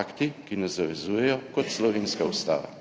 akti, ki nas zavezujejo, kot slovenska Ustava.